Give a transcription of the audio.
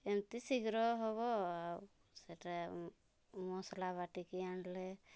ଏମିତି ଶୀଘ୍ର ହେବ ଆଉ ସେଟା ମସଲା ବାଟିକି ଆଣିଲେ